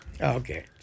Okay